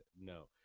No